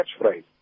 catchphrase